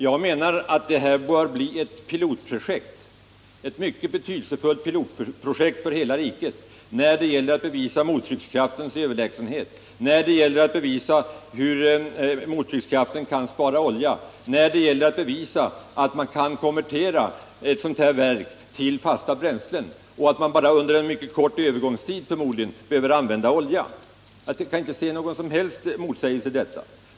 Jag menar att det bör bli ett mycket betydelsefullt pilotprojekt för hela riket när det gäller att bevisa mottryckskraftens överlägsenhet — hur den kan spara olja — och när det gäller att bevisa att man kan konvertera ett sådant verk för användning av fasta bränslen samt att man förmodligen bara under en kort övergångstid behöver använda olja. Jag kan inte se någon som helst motsägelse i detta.